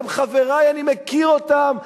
הם חברי, אני מכיר אותם.